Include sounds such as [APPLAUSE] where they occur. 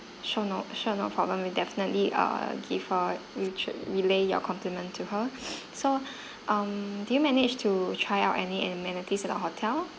sure no sure no problem will definitely uh give a rich~ relay your compliment to her [NOISE] so um did you manage to try out any uh amenities at the hotel